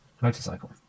motorcycle